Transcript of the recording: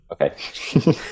Okay